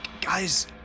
Guys